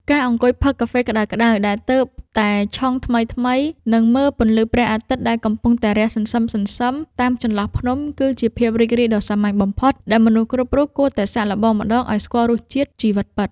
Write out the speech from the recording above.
ការអង្គុយផឹកកាហ្វេក្តៅៗដែលទើបតែឆុងថ្មីៗ និង មើលពន្លឺព្រះអាទិត្យដែលកំពុងតែរះសន្សឹមៗតាមចន្លោះភ្នំ គឺជាភាពរីករាយដ៏សាមញ្ញបំផុតដែលមនុស្សគ្រប់គ្នាគួរតែសាកល្បងម្ដងឱ្យស្គាល់រសជាតិជីវិតពិត។